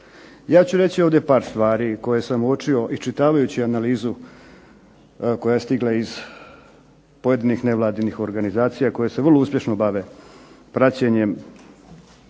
Ja ću reći ovdje par stvari koje sam uočio iščitavajući analizu koja je stigla iz pojedinih nevladinih organizacija koje se vrlo uspješno bave praćenjem